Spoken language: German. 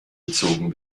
gezogen